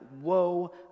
whoa